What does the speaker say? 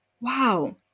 Wow